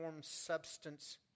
substance